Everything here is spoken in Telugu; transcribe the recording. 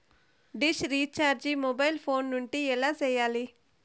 డిష్ రీచార్జి మొబైల్ ఫోను నుండి ఎలా సేయాలి